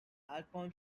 alcorn